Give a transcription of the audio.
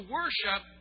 worship